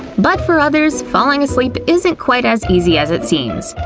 but for others, falling asleep isn't quite as easy as it seems.